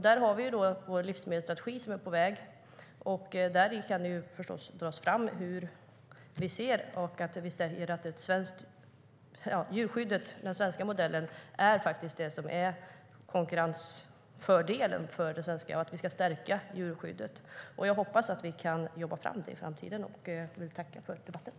I den livsmedelsstrategi som är på väg kan det förstås lyftas fram att den svenska modellen för djurskydd faktiskt är en konkurrensfördel och att vi ska stärka djurskyddet. Jag hoppas att vi kan jobba fram det i framtiden och vill tacka för debatten.